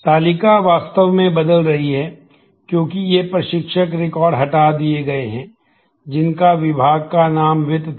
तालिका वास्तव में बदल रही है क्योंकि ये प्रशिक्षक रिकॉर्ड हटा दिए गए हैं जिनका विभाग का नाम वित्त था